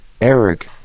Eric